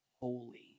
holy